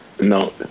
no